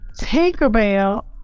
tinkerbell